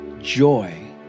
joy